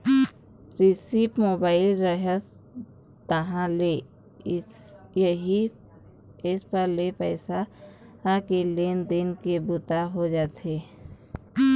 सिरिफ मोबाईल रहय तहाँ ले इही ऐप्स ले पइसा के लेन देन के बूता हो जाथे